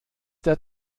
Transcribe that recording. der